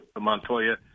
Montoya